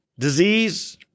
disease